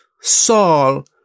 Saul